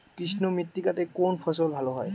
কৃষ্ণ মৃত্তিকা তে কোন ফসল ভালো হয়?